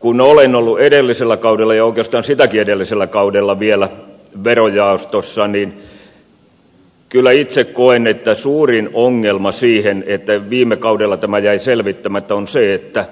kun olen ollut edellisellä kaudella ja oikeastaan vielä sitäkin edellisellä kaudella verojaostossa niin kyllä itse koen että suurin syy siinä että viime kaudella tämä jäi selvittämättä on se että